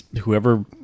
whoever